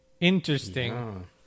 Interesting